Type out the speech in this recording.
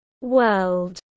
world